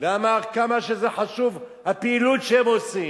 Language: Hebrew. ואמר כמה שזה חשוב, הפעילות שהם עושים,